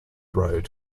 road